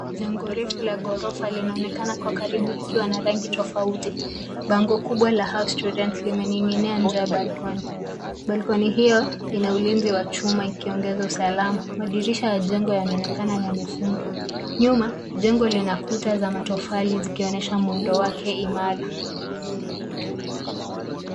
jengo linaonekana likiwa na rangi tofauti. Bango kubwa lenye maandishi House Student limening’inia nje ya balkoni. Balkoni hiyo ina uzio wa chuma unaoongeza usalama, huku madirisha ya jengo yakiwa yamefungwa. Nyuma yake, jengo linaonyesha kuta za matofali zinazoashiria wa muundo wake imara.